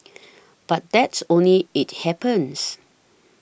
but that's only it happens